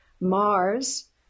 Mars